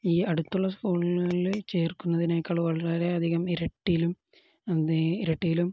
ഈ അടുത്തുള്ള സ്കൂളുകളില് ചേർക്കുന്നതിനേക്കാൾ വളരെയധികം ഇരട്ടിയിലും